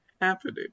happening